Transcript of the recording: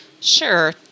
Sure